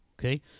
okay